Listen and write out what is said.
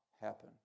happen